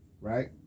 right